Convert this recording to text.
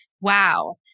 Wow